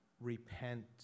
repent